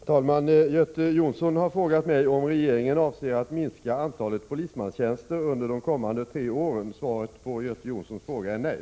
ster de närmaste tre ä E 5 3 ER Herr talman! Göte Jonsson har frågat mig om regeringen avser att minska antalet polismanstjänster under de kommande tre åren. Svaret på Göte Jonssons fråga är nej!